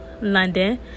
London